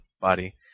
body